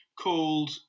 called